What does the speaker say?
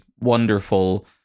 wonderful